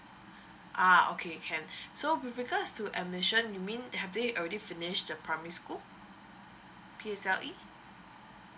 ah okay can so with regards to admission you mean have they already finish their primary school P_S_L_E